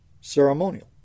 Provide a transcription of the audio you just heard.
ceremonial